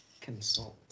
Consult